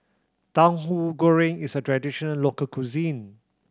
Tahu Goreng is a traditional local cuisine